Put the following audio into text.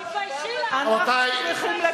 תתביישי לך, תתביישי לך, תתביישי לך.